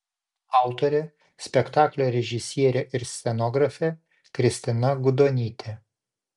autorė spektaklio režisierė ir scenografė kristina gudonytė